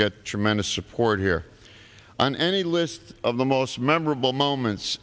get tremendous support here on any list of the most memorable moments